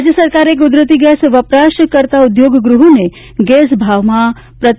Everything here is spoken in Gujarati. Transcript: રાજ્ય સરકારે કુદરતી ગેસ વપરાશ કરતા ઉદ્યોગગૃહોને ગેસ ભાવમાં પ્રતિ